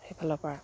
সেইফালৰ পৰা